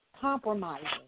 compromising